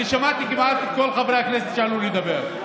אני שמעתי כמעט את כל חברי הכנסת שעלו לדבר.